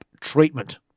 treatment